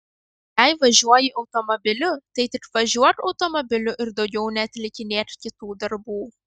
jei važiuoji automobiliu tai tik važiuok automobiliu ir daugiau neatlikinėk kitų darbų